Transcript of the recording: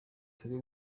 twebwe